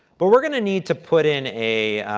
but we're going to need to put in a